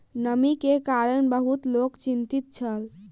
नमी के कारण बहुत लोक चिंतित छल